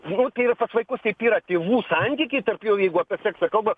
nu tai ir pas vaikus taip yra tėvų santykiai tarp jų jeigu apie seksą kalba